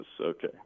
Okay